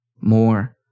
More